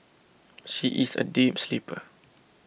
she is a deep sleeper